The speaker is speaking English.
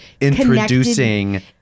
introducing